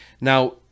Now